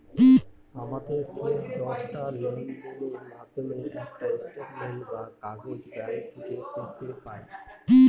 আমাদের শেষ দশটা লেনদেনের আমরা একটা স্টেটমেন্ট বা কাগজ ব্যাঙ্ক থেকে পেতে পাই